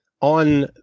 on